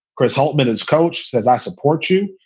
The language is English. chris holtmann, as coach says, i support you.